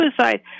suicide